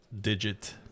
digit